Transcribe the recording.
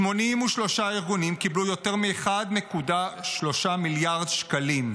83 ארגונים קיבלו יותר מ-1.3 מיליארד שקלים.